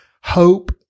hope